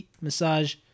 massage